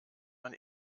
man